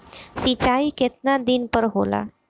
सिंचाई केतना दिन पर होला?